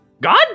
God